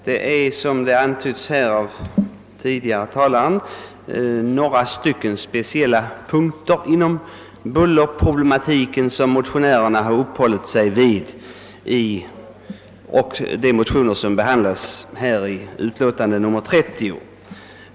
Herr talman! Som den föregående talaren antytt är det några speciella punkter inom bullerproblematiken som motionärerna tagit upp.